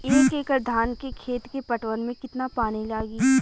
एक एकड़ धान के खेत के पटवन मे कितना पानी लागि?